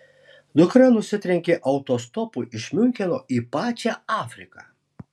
dukra nusitrenkė autostopu iš miuncheno į pačią afriką